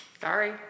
Sorry